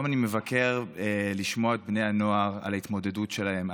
היום אני מבקר כדי לשמוע את בני הנוער מדברים על ההתמודדות שלהם,